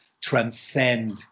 transcend